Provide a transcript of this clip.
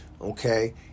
Okay